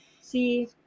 See